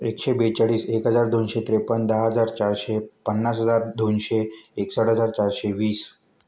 एकशे बेचाळीस एक हजार दोनशे त्रेपन्न दहा हजार चारशे पन्नास हजार दोनशे एकसष्ट हजार चारशे वीस